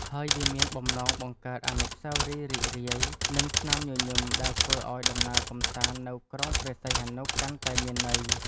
ហើយវាមានបំណងបង្កើតអនុស្សាវរីយ៍រីករាយ និងស្នាមញញឹមដែលធ្វើឱ្យដំណើរកម្សាន្តនៅក្រុងព្រះសីហនុកាន់តែមានន័យ។